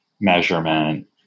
measurement